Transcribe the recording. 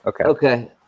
Okay